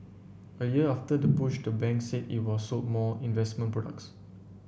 a year after the push the bank said it was sold more investment products